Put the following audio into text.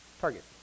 target